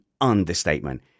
understatement